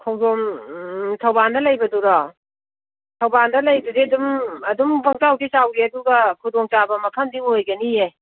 ꯈꯣꯡꯖꯣꯝ ꯊꯧꯕꯥꯜꯗ ꯂꯩꯕꯗꯨꯔꯣ ꯊꯧꯕꯥꯜꯗ ꯂꯩꯗꯨꯗꯤ ꯑꯗꯨꯝ ꯑꯗꯨꯝ ꯄꯪꯆꯥꯎꯗꯤ ꯆꯥꯎꯗꯦ ꯑꯗꯨꯒ ꯈꯨꯗꯣꯡꯆꯥꯕ ꯃꯐꯝꯗꯤ ꯑꯣꯏꯒꯅꯤꯌꯦ